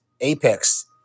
Apex